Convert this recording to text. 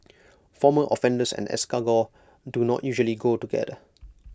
former offenders and escargot do not usually go together